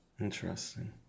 Interesting